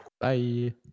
Bye